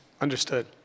Understood